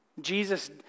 Jesus